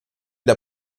der